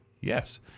Yes